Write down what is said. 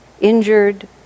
injured